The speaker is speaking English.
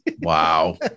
Wow